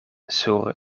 sur